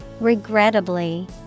Regrettably